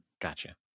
Gotcha